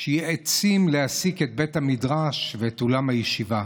עצים להסיק את בית המדרש ואת אולם הישיבה.